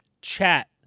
chat